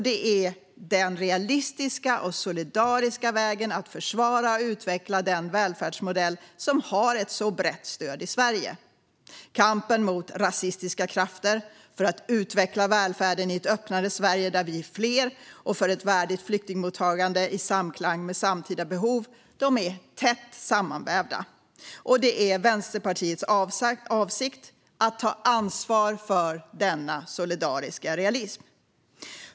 Det är den realistiska och solidariska vägen att försvara och utveckla den välfärdsmodell som har ett så brett stöd i Sverige. Kampen mot rasistiska krafter för att utveckla välfärden i ett öppnare Sverige där vi är fler är tätt sammanvävd med kampen för ett värdigt flyktingmottagande i samklang med samtida behov. Det är Vänsterpartiets avsikt att ta ansvar för denna solidariska realism.